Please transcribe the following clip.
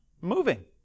moving